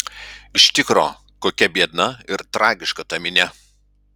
iš tikro kokia biedna ir tragiška ta minia